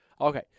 Okay